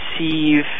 receive